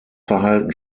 verhalten